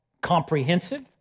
comprehensive